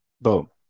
Boom